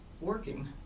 working